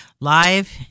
live